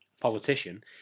politician